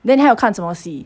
then 你还有看什么戏